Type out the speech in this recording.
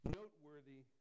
noteworthy